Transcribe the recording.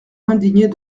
indignée